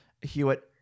Hewitt